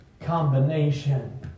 combination